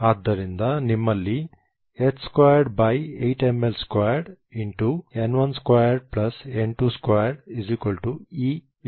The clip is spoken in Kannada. ಆದ್ದರಿಂದ ನಿಮ್ಮಲ್ಲಿ h28mL2n12n22E ಇರುತ್ತದೆ